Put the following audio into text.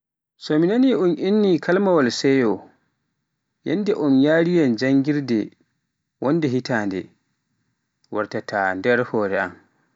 So mi naani un inni kalimawaal seeyo, yannde un yariiyam janngirde wonde hitande.